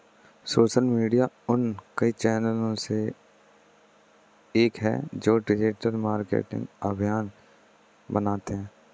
social media उन कई चैनलों में से एक है जो डिजिटल मार्केटिंग अभियान बनाते हैं